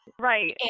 Right